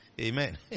amen